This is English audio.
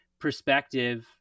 perspective